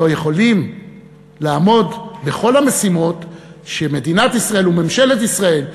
לא יכולים לעמוד בכל המשימות שמדינת ישראל וממשלת ישראל,